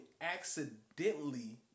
accidentally